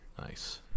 Nice